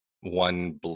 one